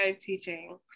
teaching